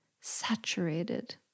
saturated